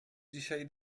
dzisiaj